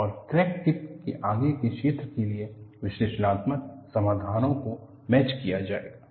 और crack tip के आगे के क्षेत्र के लिए विश्लेषणात्मक समाधानों को मैच किया जाएगा